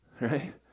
Right